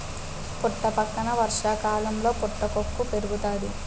పుట్టపక్కన వర్షాకాలంలో పుటకక్కు పేలుతాది